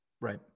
Right